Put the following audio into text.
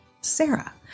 Sarah